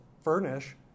furnish